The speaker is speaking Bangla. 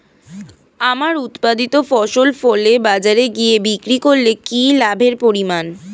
আমার উৎপাদিত ফসল ফলে বাজারে গিয়ে বিক্রি করলে কি লাভের পরিমাণ?